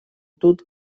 тут